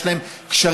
יש להם קשרים,